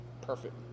perfect